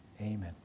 amen